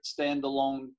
standalone